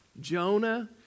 Jonah